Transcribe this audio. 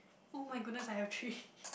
[oh]-my-goodness I have three